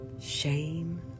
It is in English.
shame